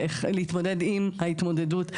להתמודד עם ההתמודדות,